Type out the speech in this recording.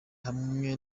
hamwe